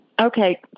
Okay